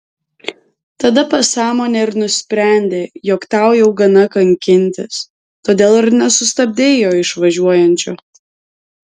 tada pasąmonė ir nusprendė jog tau jau gana kankintis todėl ir nesustabdei jo išvažiuojančio